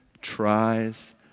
tries